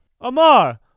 amar